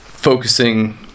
Focusing